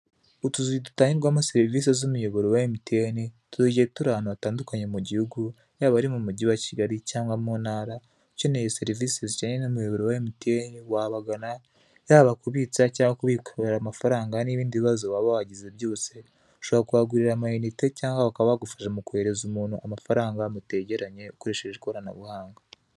Utuu dutangirwamo serivise z'umuyoboro emutiyene, tuje turi ahantu hatandukanye ,gihugu, yaba mu mugi wa Kigali cyangwa mu ntara, ukeneye serivize zijyanye n'umuyoboro wa emutiyene wabagana, yaba kubitsa cyangwa kubikura amafaranga n'ibindi bibazo waba wagize byose ushobora kuhagura amayinite cyangwa bakaba bagufasha mu koherereza umuntu amafaranga mutegeranye ukoresheje ikoranavbuhanga.